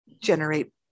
generate